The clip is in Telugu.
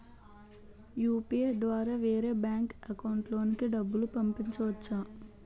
యు.పి.ఐ ద్వారా వేరే బ్యాంక్ అకౌంట్ లోకి డబ్బులు పంపించవచ్చా?